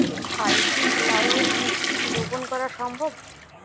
High hybrid এর বীজ কি রোপন করা সম্ভব?